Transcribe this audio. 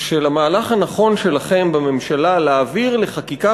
של המהלך הנכון שלכם בממשלה להעביר לחקיקה